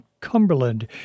Cumberland